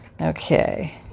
Okay